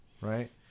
right